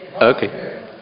Okay